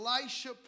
Elisha